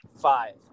Five